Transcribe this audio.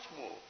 more